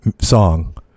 song